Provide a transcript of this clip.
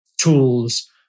tools